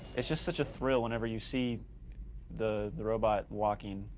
it's just such a thrill whenever you see the the robot walking,